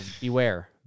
beware